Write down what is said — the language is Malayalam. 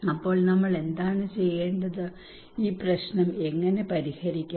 അപ്പോൾ നമ്മൾ എന്താണ് ചെയ്യേണ്ടത് ഈ പ്രശ്നം എങ്ങനെ പരിഹരിക്കാം